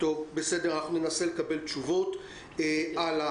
אני רוצה לדבר על החינוך בחברה הערבית.